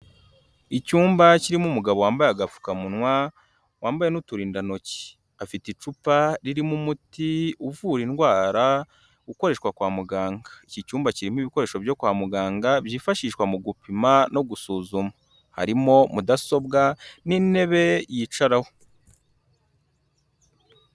Icyumba kirimo umugabo wambaye agapfukamunwa wambaye n'uturindantoki, afite icupa ririmo umuti uvura indwara, ukoreshwa kwa muganga, iki cyumba kirimo ibikoresho byo kwa muganga byifashishwa mu gupima no gusuzuma, harimo mudasobwa n'intebe yicaraho.